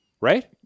right